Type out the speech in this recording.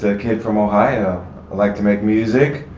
ah kid from ohio. i like to make music.